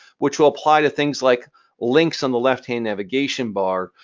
which will apply to things like links on the left-hand navigation bar,